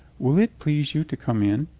will it please you to come in?